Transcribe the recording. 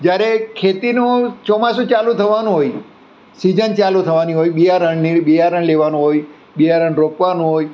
જ્યારે ખેતીનું ચોમાસું ચાલું થવાનું હોય સિઝન ચાલું થવાની હોય બિયારણની બિયારણ લેવાનું હોય બિયારણ રોપવાનું હોય